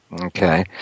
Okay